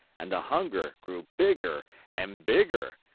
and the hunger grew bigger and bigger,